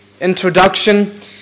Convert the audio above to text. introduction